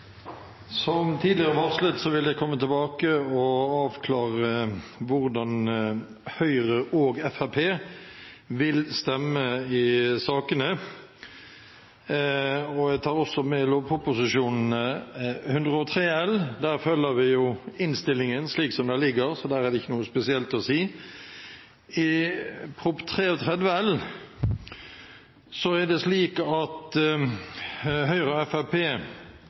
Som tidligere varslet vil jeg komme tilbake og avklare hvordan Høyre og Fremskrittspartiet vil stemme i sakene. Jeg tar også med innstillingen til Prop. 103 L for 2015–2016, som vi følger slik den foreligger, så der er det ikke noe spesielt å si. I innstillingen til Prop. 33 L for 2015–2016 har Høyre og